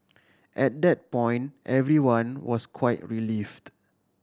at that point everyone was quite relieved